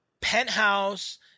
Penthouse